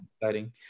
exciting